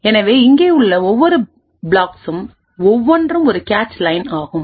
எனவேஇங்கே உள்ள ஒவ்வொரு பிளாக்சும் ஒவ்வொன்றும் ஒரு கேச் லைன் ஆகும்